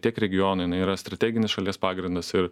tiek regionui jinai yra strateginis šalies pagrindas ir